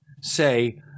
say –